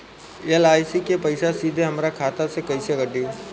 LIC के पईसा सीधे हमरा खाता से कइसे कटी?